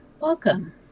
Welcome